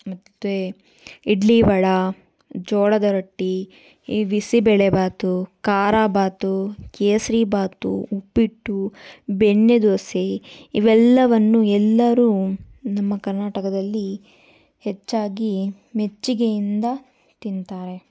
ಮತ್ತು ಇಡ್ಲಿ ವಡೆ ಜೋಳದ ರೊಟ್ಟಿ ಈ ಬಿಸಿಬೇಳೆಭಾತು ಖಾರಾಭಾತು ಕೇಸರಿಭಾತು ಉಪ್ಪಿಟ್ಟು ಬೆಣ್ಣೆದೋಸೆ ಇವೆಲ್ಲವನ್ನು ಎಲ್ಲರೂ ನಮ್ಮ ಕರ್ನಾಟಕದಲ್ಲಿ ಹೆಚ್ಚಾಗಿ ಮೆಚ್ಚುಗೆಯಿಂದ ತಿಂತಾರೆ